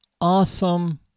awesome